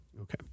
Okay